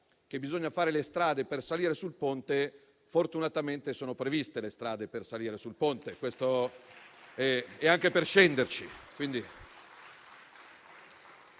che bisogna fare le strade per salire sul Ponte: fortunatamente sono previste le strade per salire e anche per scendere.